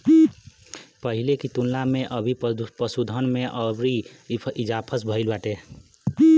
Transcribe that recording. पहिले की तुलना में अभी पशुधन में अउरी इजाफा भईल बाटे